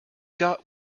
got